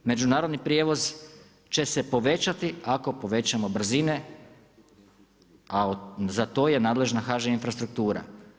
Međunarodni prijevoz će se povećati, ako povećamo brzine, a za to je nadležna HŽ infrastruktura.